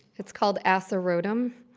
it's called asarotum.